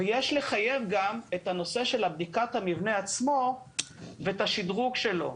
ויש לחייב גם את הנושא של בדיקת המבנה עצמו ואת השדרוג שלו.